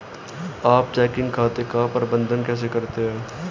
आप चेकिंग खाते का प्रबंधन कैसे करते हैं?